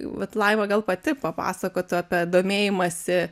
vat laima gal pati papasakotų apie domėjimąsi